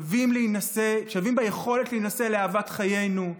שווים ביכולת להינשא לאהבת חיינו,